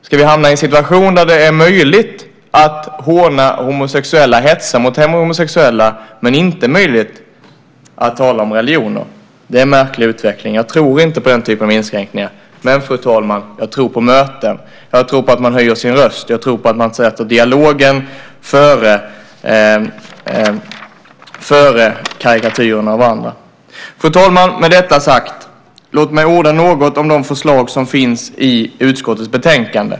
Ska vi hamna i en situation där det är möjligt att håna och hetsa mot homosexuella men inte möjligt att tala om religioner? Det är en märklig utveckling. Jag tror inte på den typen av inskränkningar. Men, fru talman, jag tror på möten, jag tror på att man höjer sin röst och jag tror på att man sätter dialog före karikatyrer av andra. Fru talman! Med detta sagt: Låt mig orda något om de förslag som finns i utskottets betänkande.